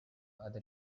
other